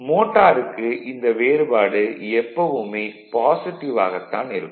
மோட்டாருக்கு இந்த வேறுபாடு எப்பவுமே பாசிட்டிவ் ஆகத் தான் இருக்கும்